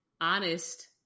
honest